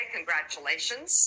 Congratulations